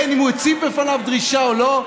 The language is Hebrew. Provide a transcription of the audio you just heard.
בין שהוא הציב בפניו דרישה ובין שלא,